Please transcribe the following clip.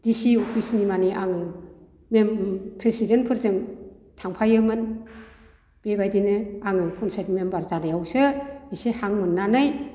D C अफिसनि मानि आङो मेम प्रेसिडेन्तफोरजों थांफायोमोन बेबायदिनो आङो पन्सायतनि मेम्बार जानायावसो एसे हां मोननानै